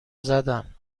زدن